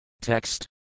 Text